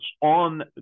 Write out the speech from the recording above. on